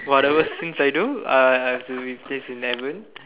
whatever things I do I have to replace in heaven